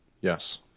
Yes